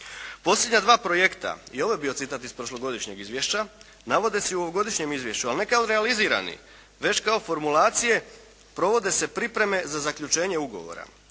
Posljednja dva projekta, i ovo je bio citat iz prošlogodišnjeg izvješća, navode se i u ovogodišnjem izvješću, ali ne kao realizirani već kao formulacije provode se pripreme za zaključenje ugovora.